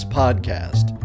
podcast